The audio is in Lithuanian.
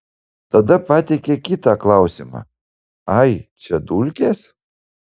tada pateikė kitą klausimą ai čia dulkės